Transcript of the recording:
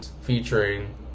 featuring